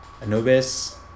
Anubis